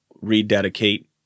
rededicate